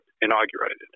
inaugurated